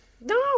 No